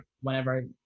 whenever